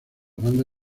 banda